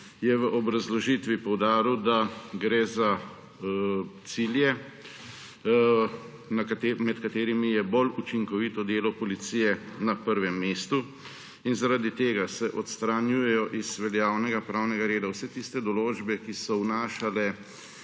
je v obrazložitvi poudaril, da gre za cilje, med katerimi je bolj učinkovito delo policije na prvem mestu. Zaradi tega se odstranjujejo iz veljavnega pravnega reda vse tiste določbe, ki so vnašale